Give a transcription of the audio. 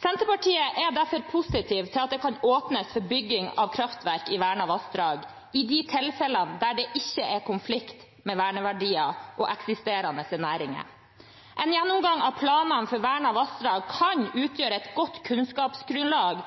Senterpartiet er derfor positiv til at det kan åpnes for bygging av kraftverk i vernede vassdrag i de tilfellene det ikke er i konflikt med verneverdier og eksisterende næringer. En gjennomgang av planene for vernede vassdrag kan utgjøre et godt kunnskapsgrunnlag